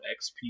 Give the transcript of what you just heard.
XP